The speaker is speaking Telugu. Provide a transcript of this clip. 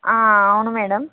అవును మ్యాడమ్